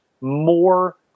more